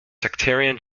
sectarian